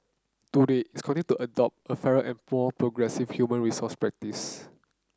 today its to adopt a fairer and more progressive human resource practice